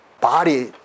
body